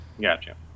Gotcha